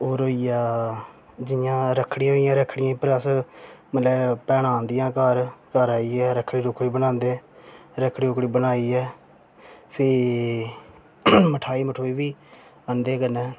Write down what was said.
होर होई गेआ जियां रक्खड़ी होई गेई रक्खड़ी पर अस मतलब भैनां आंदियां घर घर आइयै रक्खड़ी रूक्खड़ी बनांदे रक्खड़ी रूक्खड़ी बनाइयै फ्ही मठाई मठुई बी आह्नदे कन्नै